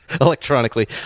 electronically